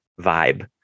vibe